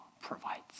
provides